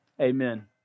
amen